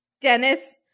Dennis